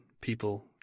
People